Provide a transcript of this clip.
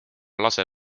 lase